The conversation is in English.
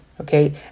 Okay